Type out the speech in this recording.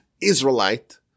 Israelite